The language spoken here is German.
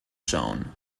schauen